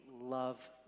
love